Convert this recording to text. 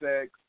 sex